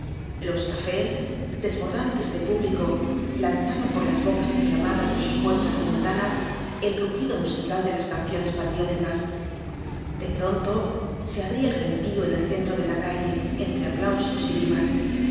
los cafés desbordantes de público lanzaban por las bocas inflamadas de sus puertas y ventanas el rugido musical de las canciones patrióticas de pronto se abría el gentío en el centro de la calle entre aplausos y vivas